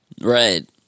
right